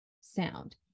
sound